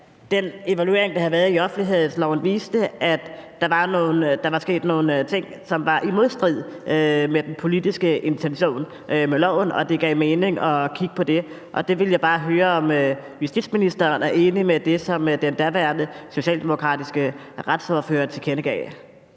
den evaluering, der havde været af offentlighedsloven, viste, at der var sket nogle ting, som var i modstrid med den politiske intention med loven, og at det gav mening at kigge på det. Jeg vil bare høre, om justitsministeren er enig med det, som den daværende, socialdemokratiske retsordfører tilkendegav?